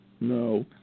No